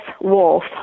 wolf